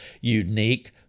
unique